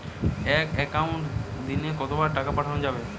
এক একাউন্টে দিনে কতবার টাকা পাঠানো যাবে?